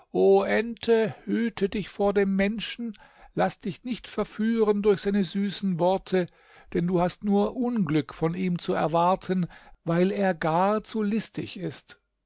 ente hüte dich vor dem menschen laß dich nicht verführen durch seine süßen worte denn du hast nur unglück von ihm zu erwarten weil er gar zu listig ist